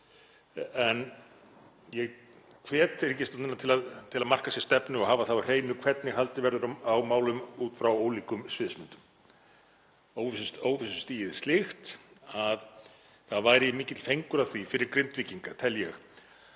Ég hvet ríkisstjórnina til að marka sér stefnu og hafa það á hreinu hvernig haldið verður á málum út frá ólíkum sviðsmyndum. Óvissustigið er slíkt að það væri mikill fengur að því fyrir Grindvíkinga, tel ég,